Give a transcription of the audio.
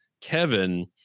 Kevin